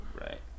Right